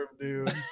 dude